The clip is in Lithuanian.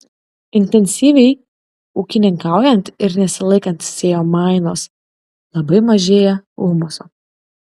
intensyviai ūkininkaujant ir nesilaikant sėjomainos labai mažėja humuso